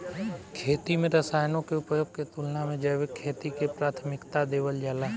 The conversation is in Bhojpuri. खेती में रसायनों के उपयोग के तुलना में जैविक खेती के प्राथमिकता देवल जाला